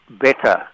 better